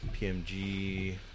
PMG